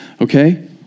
okay